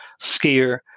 skier